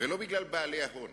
ולא בגלל בעלי ההון,